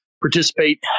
participate